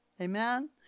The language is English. amen